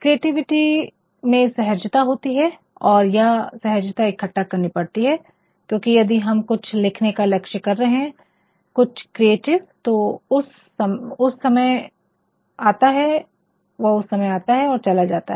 creativity में सहजता होती है और यह सहजता इकट्ठा करनी पड़ती है क्योंकि यदि हम कुछ लिखने का लक्ष्य कर रहे हैं कुछ क्रिएटिव तो उस समय आता है और चला जाता है